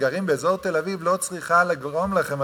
גרים באזור תל-אביב לא צריכה לגרום לכם,